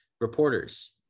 reporters